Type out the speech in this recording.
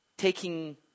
Taking